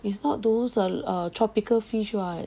it's not those like err tropical fish right